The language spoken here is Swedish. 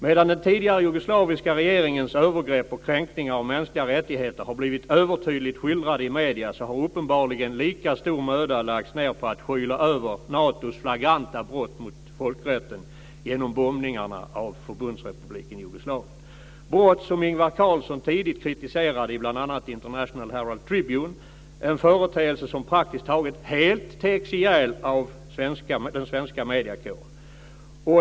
Medan den tidigare jugoslaviska regeringens övergrepp och kränkningar av mänskliga rättigheter har blivit övertydligt skildrade i medierna, har uppenbarligen lika stor möda lagts ned på att skyla över Natos flagranta brott mot folkrätten genom bombningarna av Förbundsrepubliken Jugoslavien, brott som Ingvar Carlsson tidigt kritiserade i bl.a. International Herald Tribune, en företeelse som praktiskt taget helt tegs ihjäl av den svenska mediekåren.